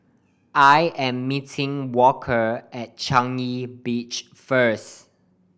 I am meeting Walker at Changi Beach first